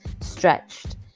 stretched